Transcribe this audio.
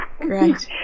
Great